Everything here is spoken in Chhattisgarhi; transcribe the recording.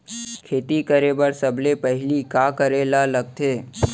खेती करे बर सबले पहिली का करे ला लगथे?